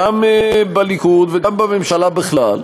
גם בליכוד וגם בממשלה בכלל,